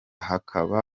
hakaba